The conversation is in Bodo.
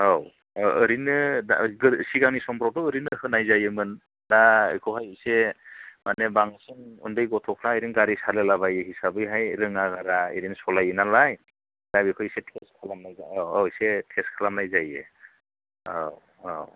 औ ओरैनो सिगांनि समफ्रावथ' ओरैनो होनाय जायोमोन दा बेखौहाय एसे माने बांसिन उन्दै गथ'फ्रा ओरैनो गारि सालायला बायो हिसाबैहाय रोङा गारा ओरैनो सलायो नालाय दा बेखौ एसे टेस्ट खालामनाय जायो औ औ